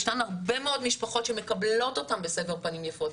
יש כאן הרבה מאוד משפחות שמקבלות אותן בסבר פנים יפות,